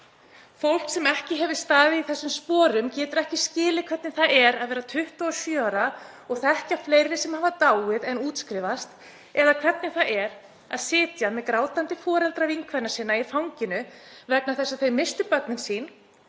Fólk sem ekki hefur staðið í þessum sporum getur ekki skilið hvernig það er að vera 27 ára og þekkja fleiri sem hafa dáið en útskrifast, eða hvernig það er að sitja með grátandi foreldra vinkvenna sinna í fanginu vegna þess að þau misstu börnin sín